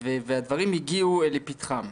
והדברים הגיעו לפתחם,